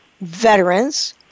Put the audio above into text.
veterans